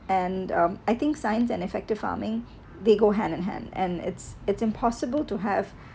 and um I think science and effective farming they go hand in hand and it's it's impossible to have